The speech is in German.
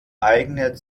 eignet